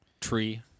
tree